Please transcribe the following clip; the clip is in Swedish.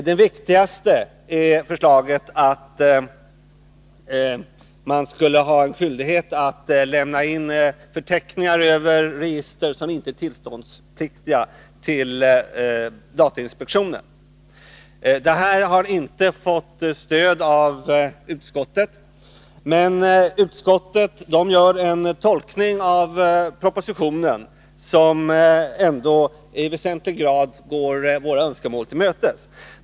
Det viktigaste förslaget är att man skulle ha en skyldighet att till datainspektionen lämna in förteckningar över register som inte är tillståndspliktiga. Detta har inte fått stöd av utskottet, men utskottet gör en tolkning av propositionen som ändå i väsentlig grad går våra önskemål till mötes.